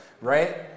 right